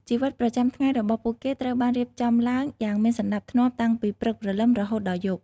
ជីវិតប្រចាំថ្ងៃរបស់ពួកគេត្រូវបានរៀបចំឡើងយ៉ាងមានសណ្ដាប់ធ្នាប់តាំងពីព្រឹកព្រលឹមរហូតដល់យប់។